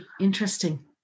interesting